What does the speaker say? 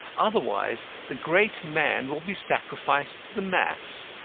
otherwise the great man will be sacrificed to the mass.